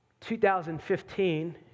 2015